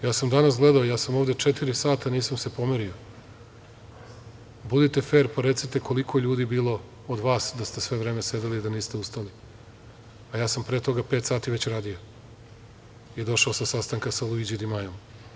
Ja sam danas gledao, ja sam ovde četiri sata i nisam se pomerio, budite fer i recite koliko je ljudi bilo od vas da ste sve vreme sedeli i da niste ustali, a ja sam pre toga radio pet sati već i došao sa sastanka sa Luiđijem Dimajom.